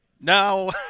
No